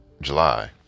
July